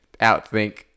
outthink